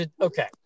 Okay